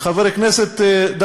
חבר הכנסת ביטן,